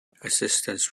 assistance